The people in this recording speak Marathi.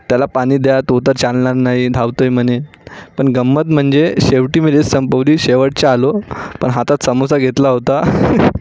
त्याला पाणी द्या तो तर चालणार नाही धावतो आहे म्हणे पण गंमत म्हणजे शेवटी मी रेस संपवली शेवटचा आलो पण हातात समोसा घेतला होता